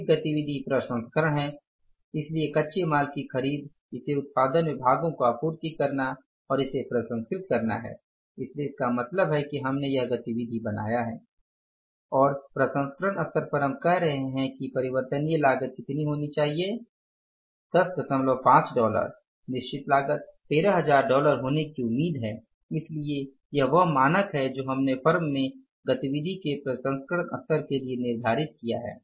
एक गतिविधि प्रसंस्करण है इसलिए कच्चे माल की खरीद इसे उत्पादन विभागों को आपूर्ति करना और इसे प्रसंस्कृत करना है इसलिए इसका मतलब है कि हमने यह गतिविधि बनाया है और प्रसंस्करण स्तर हम कह रहे हैं कि परिवर्तनीय लागत कितनी होनी चाहिए 105 डॉलर निश्चित लागत 13000 डॉलर होने की उम्मीद है इसलिए यह वह मानक है जो हमने फर्म में गतिविधि के प्रसंस्करण स्तर के लिए निर्धारित किया है